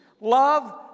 Love